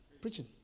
preaching